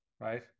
right